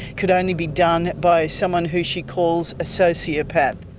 could only be done by someone who she calls a sociopath.